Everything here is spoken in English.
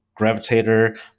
Gravitator